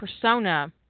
persona